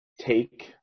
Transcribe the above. take